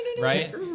Right